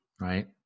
right